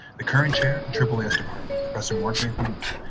the current chair of aaas department, professor mark anthony neal,